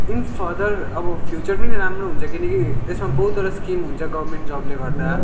in further अब future पनि राम्रो हुन्छ किनकि यसमा बहुतवटा स्किम हुन्छ गभर्मेन्ट जबले गर्दा